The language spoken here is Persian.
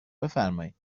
بفرمایید